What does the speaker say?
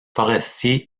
forestier